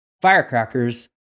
firecrackers